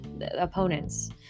opponents